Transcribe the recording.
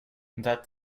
that